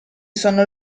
sono